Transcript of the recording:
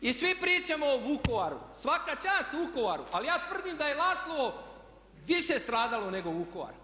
I svi pričamo o Vukovaru, svaka čast Vukovaru ali ja tvrdim da je Laslovo više stradalo nego Vukovar.